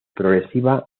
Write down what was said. progresiva